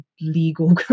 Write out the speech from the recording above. legal